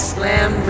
Slam